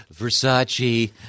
Versace